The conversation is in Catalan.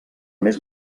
més